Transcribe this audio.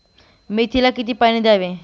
मेथीला किती पाणी द्यावे?